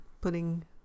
putting